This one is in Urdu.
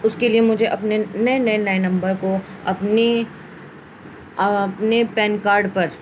اس کے لیے مجھے اپنے نئے نئے نئے نمبر کو اپنی اپنے پین کارڈ پر